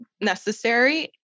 necessary